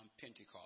Pentecost